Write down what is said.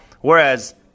Whereas